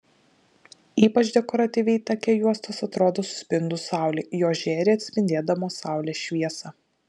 ypač dekoratyviai take juostos atrodo suspindus saulei jos žėri atspindėdamos saulės šviesą